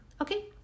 Okay